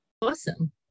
awesome